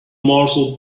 marshall